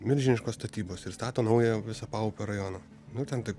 milžiniškos statybos ir stato naują visą paupio rajoną nu ten taip